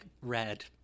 Red